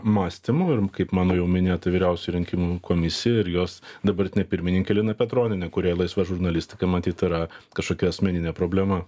mąstymu ir kaip mano jau minėta vyriausioji rinkimų komisija ir jos dabartinė pirmininkė lina petronienė kuriai laisva žurnalistika matyt yra kažkokia asmeninė problema